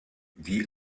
die